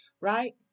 right